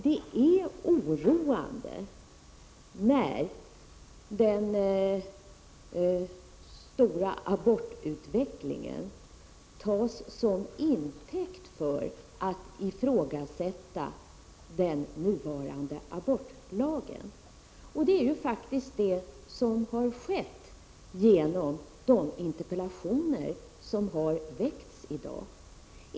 Det är oroande när det stora antalet aborter tas till intäkt för att ifrågasätta den nuvarande abortlagen. Det är det som har skett genom de interpellationer som har debatterats i dag.